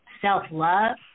self-love